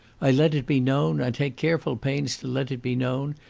i let it be known, i take careful pains to let it be known,